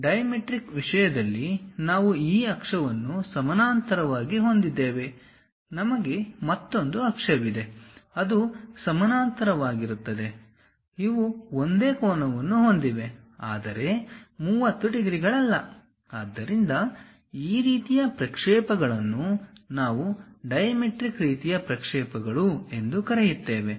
dimetric ವಿಷಯದಲ್ಲಿ ನಾವು ಈ ಅಕ್ಷವನ್ನು ಸಮಾನಾಂತರವಾಗಿ ಹೊಂದಿದ್ದೇವೆ ನಮಗೆ ಮತ್ತೊಂದು ಅಕ್ಷವಿದೆ ಅದು ಸಮಾನಾಂತರವಾಗಿರುತ್ತದೆ ಇವು ಒಂದೇ ಕೋನವನ್ನು ಹೊಂದಿವೆ ಆದರೆ 30 ಡಿಗ್ರಿಗಳಲ್ಲ ಆದ್ದರಿಂದ ಈ ರೀತಿಯ ಪ್ರಕ್ಷೇಪಗಳನ್ನು ನಾವು ಡೈಮೆಟ್ರಿಕ್ ರೀತಿಯ ಪ್ರಕ್ಷೇಪಗಳು ಎಂದು ಕರೆಯುತ್ತೇವೆ